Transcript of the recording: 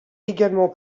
également